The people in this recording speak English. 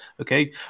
okay